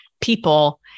people